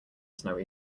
snowy